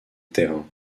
terrain